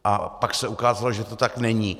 A pak se ukázalo, že to tak není.